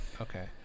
okay